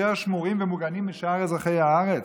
יותר שמורים ומוגנים משאר אזרחי הארץ?